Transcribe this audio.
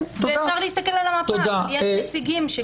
ואפשר להסתכל על המפה יש נציגים.